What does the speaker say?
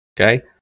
Okay